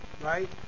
right